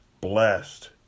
Blessed